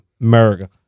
America